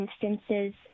instances